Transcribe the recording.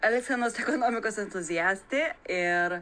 elgsenos ekonomikos entuziastė ir